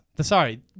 Sorry